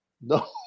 no